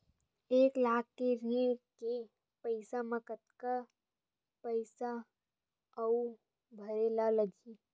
एक लाख के ऋण के पईसा म कतका पईसा आऊ भरे ला लगही?